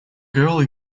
girl